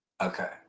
Okay